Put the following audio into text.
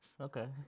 Okay